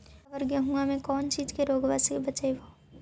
अबर गेहुमा मे कौन चीज के से रोग्बा के बचयभो?